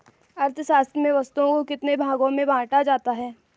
अर्थशास्त्र में वस्तुओं को कितने भागों में बांटा जाता है?